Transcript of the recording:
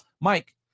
Mike